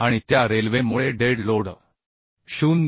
आणि त्या रेल्वेमुळे डेड लोड 0